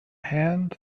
hand